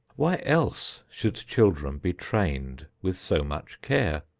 why else should children be trained with so much care?